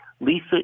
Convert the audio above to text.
Lisa